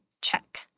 check